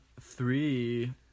three